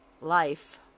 life